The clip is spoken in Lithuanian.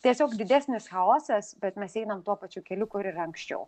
tiesiog didesnis chaosas bet mes einam tuo pačiu keliu kur ir anksčiau